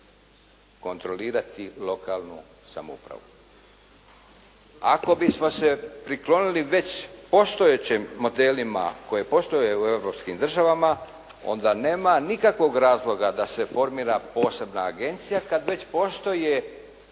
kontrolirati lokalnu samoupravu. Ako bismo se priklonili već postojećim modelima koji postoje u europskim državama, onda nema nikakvog razloga da se formira posebna agencija kad već postoje